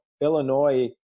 Illinois